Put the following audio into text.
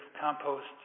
compost